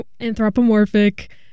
anthropomorphic